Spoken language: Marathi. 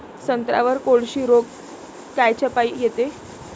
संत्र्यावर कोळशी रोग कायच्यापाई येते?